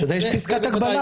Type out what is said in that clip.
בשביל זה יש פסקת הגבלה.